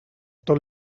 tot